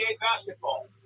Basketball